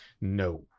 No